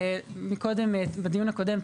מקודם בדיון הקודם,